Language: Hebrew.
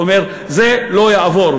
אומר: זה לא יעבור.